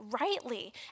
rightly